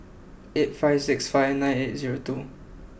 eight five six five nine eight zero two